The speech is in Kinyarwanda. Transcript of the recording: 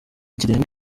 kirenga